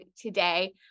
today